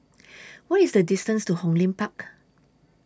What IS The distance to Hong Lim Park